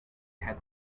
had